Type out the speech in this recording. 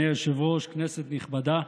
אדוני היושב-ראש, כנסת נכבדה,